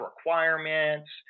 requirements